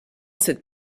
cette